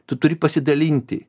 tu turi pasidalinti